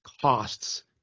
costs